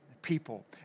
People